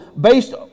based